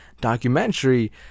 documentary